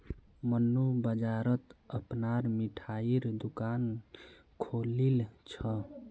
मन्नू बाजारत अपनार मिठाईर दुकान खोलील छ